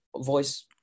voice